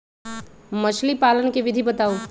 मछली पालन के विधि बताऊँ?